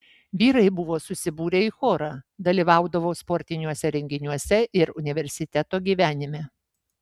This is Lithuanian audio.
vyrai buvo susibūrę į chorą dalyvaudavo sportiniuose renginiuose ir universiteto gyvenime